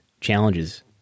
challenges